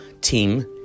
team